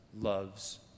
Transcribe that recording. loves